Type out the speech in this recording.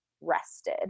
rested